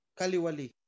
kaliwali